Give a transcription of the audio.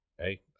hey